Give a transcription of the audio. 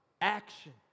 Action